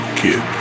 kid